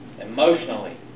emotionally